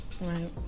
Right